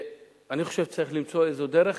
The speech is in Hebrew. אני חושב שצריך למצוא איזו דרך,